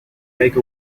make